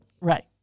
Right